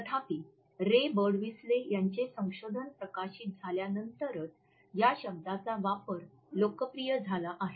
तथापि प्राध्यापक Ray Birdwhistell यांचे संशोधन प्रकाशित झाल्यानंतरच या शब्दाचा वापर लोकप्रिय झाला आहे